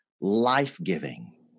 life-giving